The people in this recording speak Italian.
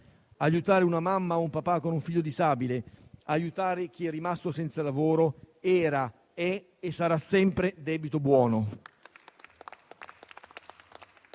aiutare una mamma o un papà con un figlio disabile, aiutare chi è rimasto senza lavoro, era, è e sarà sempre debito buono.